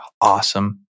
awesome